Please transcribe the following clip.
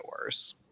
worse